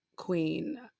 queen